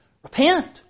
Repent